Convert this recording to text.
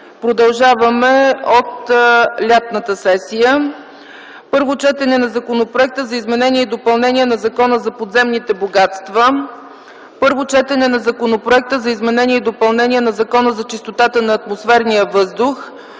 продължаваме от лятната сесия. Първо четене на Законопроекта за изменение и допълнение на Закона за подземните богатства. Първо четене на Законопроекта за изменение и допълнение на Закона за чистотата на атмосферния въздух.